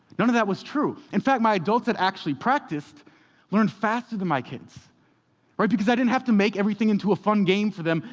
none of that was true. in fact, my adults that actually practiced learned faster than my kids right? because i didn't have to make everything into a fun game for them.